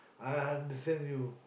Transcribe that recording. I understand you